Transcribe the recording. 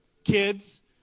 kids